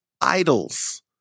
idols